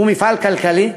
הוא מפעל כלכלי.